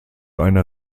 einer